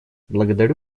благодарю